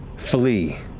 flee.